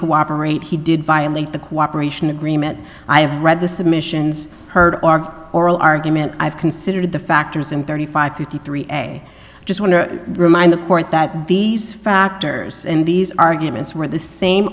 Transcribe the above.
cooperate he did violate the cooperation agreement i have read the submissions heard oral argument i've considered the factors and thirty five fifty three a just want to remind the court that these factors and these arguments were the same